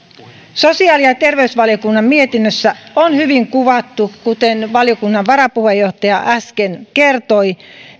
sosiaali ja terveysvaliokunnan mietinnössä on hyvin kuvattu kuten valiokunnan varapuheenjohtaja äsken kertoi